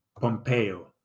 Pompeo